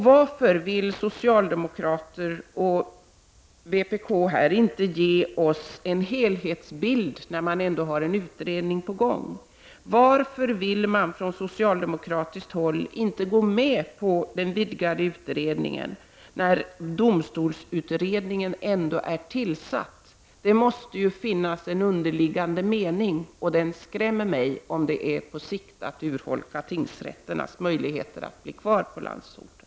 Varför vill socialdemokrater och vpk här inte ge oss en helhetsbild, när man ändå har en utredning på gång? Varför vill man från socialdemokratiskt håll inte gå med på den vidgade utredningen, när domstolsutredningen ändå är tillsatt? Det måste finnas en underliggande mening, och den skrämmer mig om den är att på sikt urholka tingsrätternas möjligheter att bli kvar i landsorten.